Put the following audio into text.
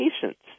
patients